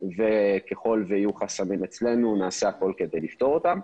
ואם יהיו חסמים אצלנו נעשה הכול כדי לפתור אותם.